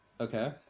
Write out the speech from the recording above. Okay